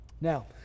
Now